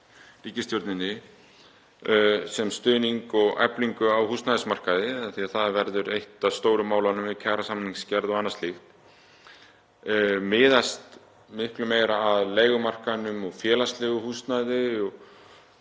ríkisstjórninni um stuðning og eflingu á húsnæðismarkaði, því að það verður eitt af stóru málunum í kjarasamningsgerð og öðru slíku, miðast miklu meira við leigumarkaðinn og félagslegt húsnæði